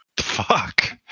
fuck